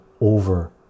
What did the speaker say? over